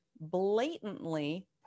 blatantly